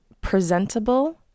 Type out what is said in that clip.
presentable